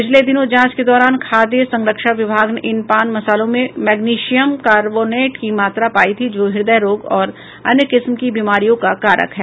पिछले दिनों जांच के दौरान खाद्य संरक्षा विभाग ने इन पान मसालों में मैग्नीशियम कार्बोनेट की मात्रा पायी थी जो हृदय रोग और अन्य किस्म की बीमारियों का कारक है